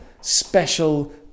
special